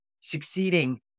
succeeding